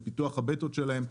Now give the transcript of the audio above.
בפיתוח הבטות שלהם,